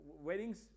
Weddings